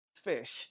fish